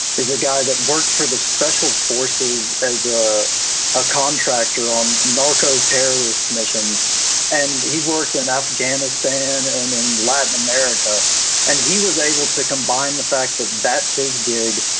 is a guy that worked for the special forces as a contractor on narcoterrorist missions and he worked in afghanistan and in latin america and he was able to combine the fact that that's his gig,